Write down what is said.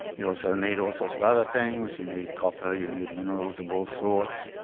you also need all sorts of other things. you need copper. you need minerals of all sorts.